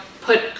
put